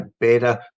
better